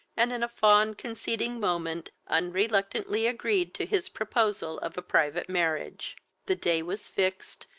and in a fond conceding moment unreluctantly agreed to his proposal of a private marriage the day was fixed,